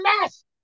mess